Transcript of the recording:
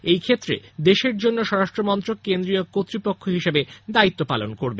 এই ক্ষেত্রে দেশের জন্য স্বরাষ্ট্রমন্ত্রক কেন্দ্রীয় কর্তপক্ষ হিসেবে দায়িত্ব পালন করবে